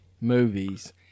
movies